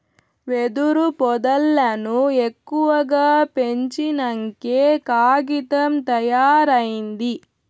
వెదురు పొదల్లను ఎక్కువగా పెంచినంకే కాగితం తయారైంది